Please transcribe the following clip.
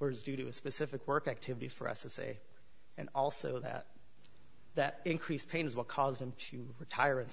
was due to a specific work activities for us to say and also that that increased pain is what caused him to retire and